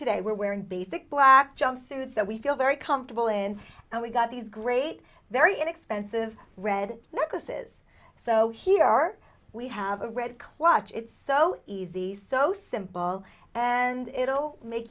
today we're wearing basic black jumpsuits that we feel very comfortable in and we got these great very inexpensive red necklaces so here are we have a red clutch it's so easy so simple and it'll make